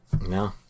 no